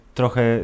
trochę